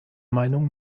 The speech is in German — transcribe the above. meinung